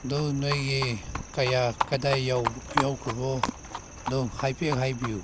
ꯑꯗꯨ ꯅꯣꯏꯒꯤ ꯀꯌꯥ ꯀꯗꯥꯏ ꯌꯧꯈ꯭ꯔꯕꯣ ꯑꯗꯣ ꯍꯥꯏꯐꯦꯠ ꯍꯥꯏꯕꯤꯌꯨ